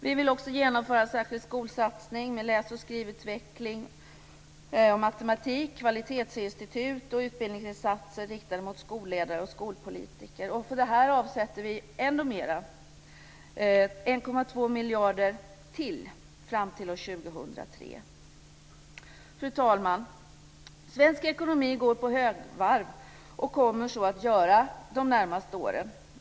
Vi vill också genomföra en särskild skolsatsning på läs och skrivutveckling och matematik, kvalitetsinstitut och utbildningsinsatser riktade mot skolledare och skolpolitiker. För detta avsätter vi ännu mer, nämligen 1,2 miljarder till fram till år 2003. Fru talman! Svensk ekonomi går på högvarv och kommer så att göra de närmaste åren.